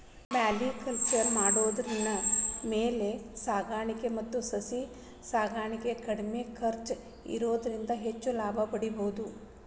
mariculture ನ ಮಾಡೋದ್ರಿಂದ ಮೇನ ಸಾಕಾಣಿಕೆ ಮತ್ತ ಸಸಿ ಸಾಕಾಣಿಕೆಯಲ್ಲಿ ಕಡಿಮೆ ಖರ್ಚ್ ಇರೋದ್ರಿಂದ ಹೆಚ್ಚ್ ಲಾಭ ಪಡೇಬೋದು